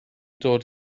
dod